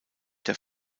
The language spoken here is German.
der